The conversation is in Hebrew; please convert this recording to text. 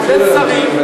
כולל שרים,